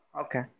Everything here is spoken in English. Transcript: okay